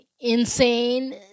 insane